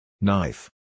Knife